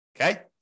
Okay